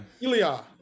Ilya